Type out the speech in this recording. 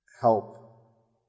Help